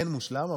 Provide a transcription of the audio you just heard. אין מושלם,